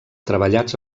treballats